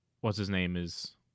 What's-his-name-is